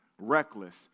reckless